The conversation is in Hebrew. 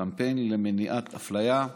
קמפיין למניעת אפליה,